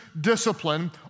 discipline